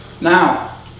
Now